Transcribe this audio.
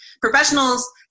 Professionals